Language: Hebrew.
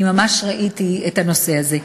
בהן ממש ראיתי את הנושא הזה.